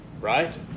right